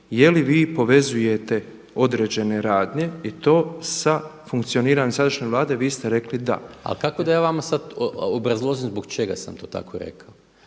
je li vi povezujete određene radnje i to sa funkcioniranjem sadašnje Vlade, vi ste rekli da. **Maras, Gordan (SDP)** Ali kako da ja vama sada obrazložim zbog čega sam to tako rekao.